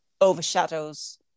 overshadows